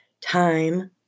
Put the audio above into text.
time